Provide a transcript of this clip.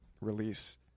release